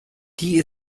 die